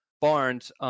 Barnes